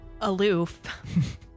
aloof